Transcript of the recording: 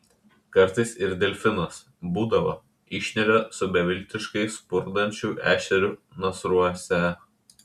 kartais ir delfinas būdavo išneria su beviltiškai spurdančiu ešeriu nasruose